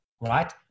right